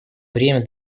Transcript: время